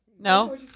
No